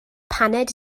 paned